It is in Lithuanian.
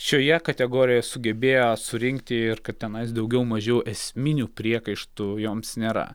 šioje kategorijoje sugebėjo surinkti ir kad tenais daugiau mažiau esminių priekaištų joms nėra